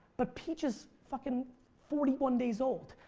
but peach is fucking forty one days old.